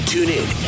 TuneIn